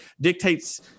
dictates